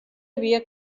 havia